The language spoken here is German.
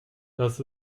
das